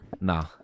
No